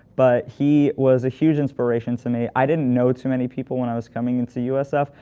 but he was a huge inspiration to me. i didn't know too many people when i was coming into usf.